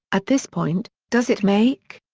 at this point, does it make!